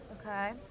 Okay